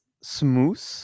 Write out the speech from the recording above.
smooth